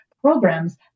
programs